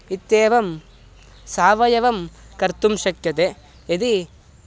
इत्येवं सावयवं कर्तुं शक्यते यदि